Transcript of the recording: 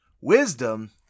Wisdom